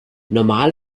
normal